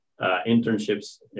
internships